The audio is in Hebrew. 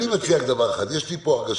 אני מציע רק דבר אחד, יש לי פה הרגשה